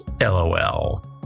LOL